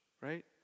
right